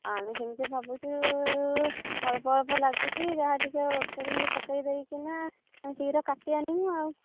ଆମେ ସେମିତି ଭାବୁଛୁ ଅଳ୍ପ ଅଳ୍ପ ଲାଗିଛି ଯାହା ଟିକେ ଔଷଧ ହେରିକା ପକେଇ ଦେଇକିନା ସେଗୁଡ଼ା କାଟି ଆଣିବୁ ଆଉ